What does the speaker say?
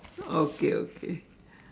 okay okay